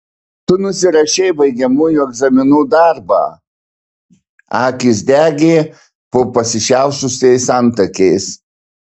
tu nusirašei baigiamųjų egzaminų darbą akys degė po pasišiaušusiais antakiais